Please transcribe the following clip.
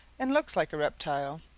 and looks like a reptile.